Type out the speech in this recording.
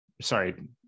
Sorry